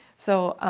so